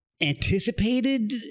anticipated